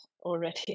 already